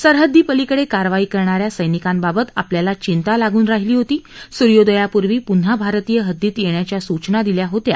सरहद्वीपलीकडे कारवाई करणा या सैनिकांबाबत आपल्याला चिंता लागून राहीली होती सूयोंदयापूर्वी पुन्हा भारतीय हद्दीत येण्याच्या सूचना दिल्या होत्या